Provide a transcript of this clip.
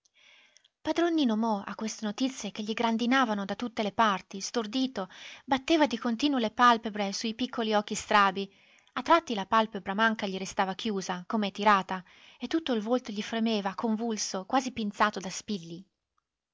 padron nino mo a queste notizie che gli grandinavano da tutte le parti stordito batteva di continuo le palpebre su i piccoli occhi strabi a tratti la palpebra manca gli restava chiusa come tirata e tutto il volto gli fremeva convulso quasi pinzato da spilli